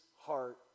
heart